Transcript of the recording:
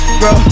bro